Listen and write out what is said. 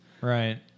Right